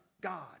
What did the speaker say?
God